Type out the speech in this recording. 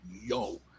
Yo